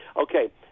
okay